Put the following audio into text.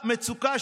לסוף כהונתה של